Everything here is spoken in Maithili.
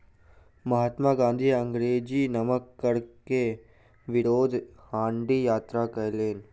महात्मा गाँधी अंग्रेजी नमक कर के विरुद्ध डंडी यात्रा कयलैन